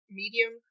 medium